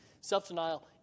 self-denial